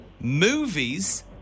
movies